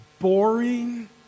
boring